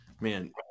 Man